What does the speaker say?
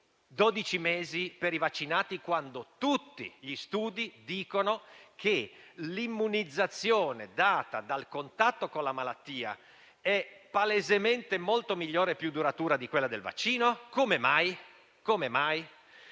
dodici per i vaccinati, quando tutti gli studi dicono che l'immunizzazione data dal contatto con la malattia è palesemente molto migliore e più duratura di quella del vaccino? Come mai? Ci